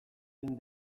zein